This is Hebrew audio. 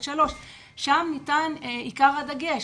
שם ניתן עיקר הדגש.